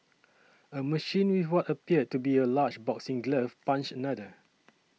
a machine with what appeared to be a large boxing glove punched another